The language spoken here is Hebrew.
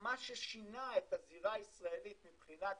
מה ששינה את הזירה הישראלית מבחינת